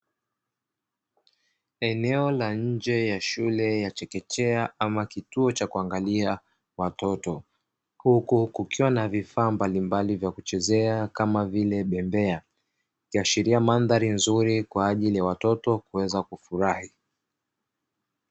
Eneo la nje ya shule ya chekechea ama kituo cha kuangalia watoto, huku kukiwa na vifaa mbalimbali vya kuchezea kama vile bembea ikiashiria mandhari nzuri, kwa ajili ya watoto kuweza kufurahi.